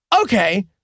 Okay